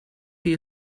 chi